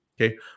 Okay